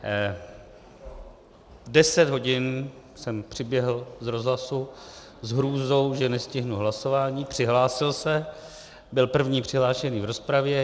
V deset hodin jsem přiběhl z rozhlasu s hrůzou, že nestihnu hlasování, přihlásil se, byl první přihlášený v rozpravě.